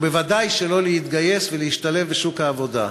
וודאי שלא להתגייס ולהשתלב בשוק העבודה.